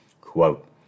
Quote